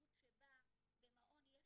במציאות שבה במעון יש